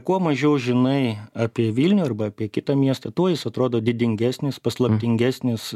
kuo mažiau žinai apie vilnių arba apie kitą miestą tuo jis atrodo didingesnis paslaptingesnis